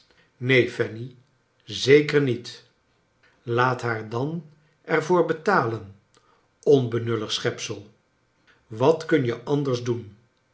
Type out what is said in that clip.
neen fanny zeker niet laat haar dan er voor betalen onbenullig schepsel wat kun je anders doen